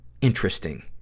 interesting